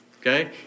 okay